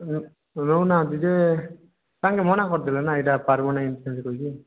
ଯେ ରହୁନାହାନ୍ତି ଯେ ତାଙ୍କେ ମନା କରିଦେଲେ ନା ଏଇଟା ପାରବୁନି ଏମିତି କହିକି